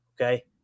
Okay